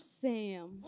Sam